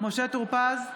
משה טור פז,